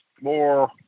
more